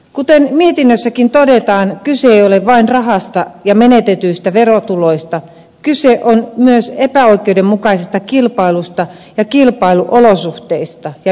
kuten mietinnössäkin todetaan kyse ei ole vain rahasta ja menetetyistä verotuloista kyse on myös epäoikeudenmukaisesta kilpailusta ja kilpailuolosuhteista ja ympäristöstä